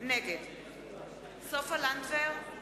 נגד סופה לנדבר,